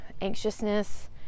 anxiousness